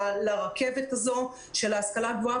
לרכבת הזו של ההשכלה הגבוהה,